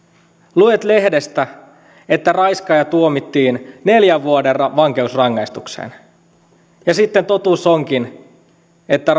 luet lehdestä että raiskaaja tuomittiin neljän vuoden vankeusrangaistukseen ja sitten totuus onkin että